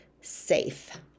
safe